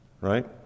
right